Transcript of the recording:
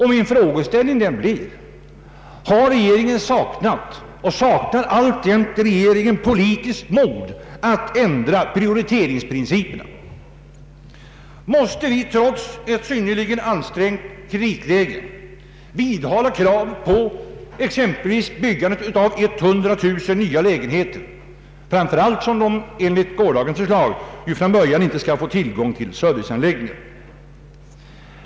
Min frågeställning blir: Har regeringen saknat och saknar regeringen alltjämt politiskt mod att ändra prioriteringsprinciperna? Måste vi trots ett synnerligen ansträngt kreditläge vidhålla kravet på exempelvis byggandet av 100 000 nya lägenheter, framför allt som de enligt gårdagens förslag från början inte skall få tillgång till serviceanläggningar?